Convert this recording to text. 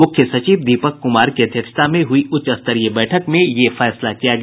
मुख्य सचिव दीपक कुमार की अध्यक्षता में हुई उच्चस्तरीय बैठक में यह फैसला किया गया